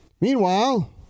Meanwhile